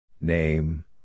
Name